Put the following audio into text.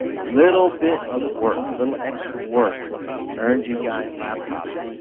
a little bit of work, a little extra work earned you guys laptops,